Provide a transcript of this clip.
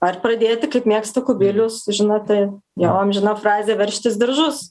ar pradėti kaip mėgsta kubilius žinote jo amžina frazė veržtis diržus